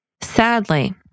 Sadly